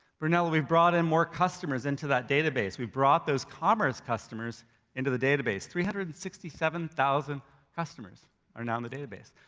brunello, we've brought in more customers into that database. we brought those commerce customers into the database, three hundred and sixty seven thousand customers are now in the database.